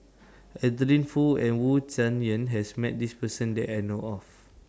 Adeline Foo and Wu Tsai Yen has Met This Person that I know of